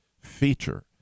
feature